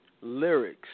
Lyrics